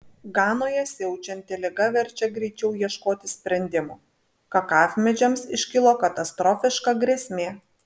ganoje siaučianti liga verčia greičiau ieškoti sprendimų kakavmedžiams iškilo katastrofiška grėsmė